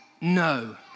No